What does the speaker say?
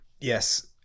yes